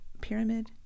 Pyramid